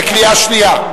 בקריאה שנייה.